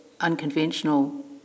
unconventional